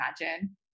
imagine